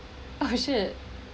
oh is it